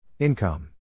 Income